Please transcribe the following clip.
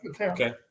Okay